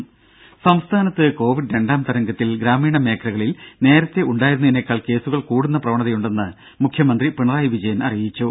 രുര സംസ്ഥാനത്ത് കോവിഡ് രണ്ടാം തരംഗത്തിൽ ഗ്രാമീണ മേഖലകളിൽ നേരത്തെ ഉണ്ടായിരുന്നതിനേക്കാൾ കേസുകൾ കൂടുന്ന പ്രവണതയുണ്ടെന്ന് മുഖ്യമന്ത്രി പിണറായി വിജയൻ അറിയിച്ചു